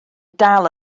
dal